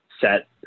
set